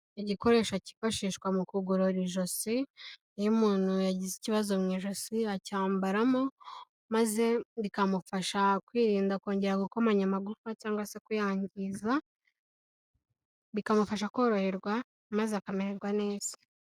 Igikoresho cyifashishwa mu kugorora ijosi, iyo umuntu yagize ikibazo mu ijosi acyambaramo maze bikamufasha kwirinda kongera gukomanya amagufa cyangwa se kuyangiza, bikamufasha koroherwa maze akamererwa neza.